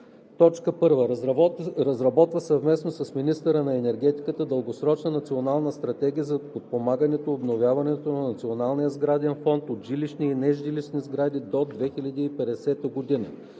т. 1: „1. разработва съвместно с министъра на енергетиката дългосрочна национална стратегия за подпомагане обновяването на националния сграден фонд от жилищни и нежилищни сгради до 2050 г.;“.